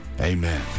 amen